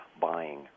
buying